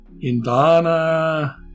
Indana